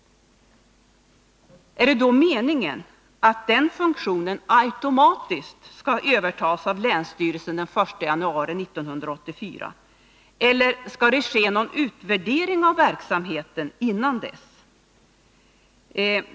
Är det då meningen att den funktionen automatiskt skall övertas av länsstyrelsen den 1 januari 1984, eller skall det ske någon utvärdering av verksamheten innan dess?